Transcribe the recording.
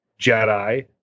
Jedi